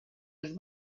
els